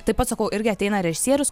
taip pat atsakau irgi ateina režisierius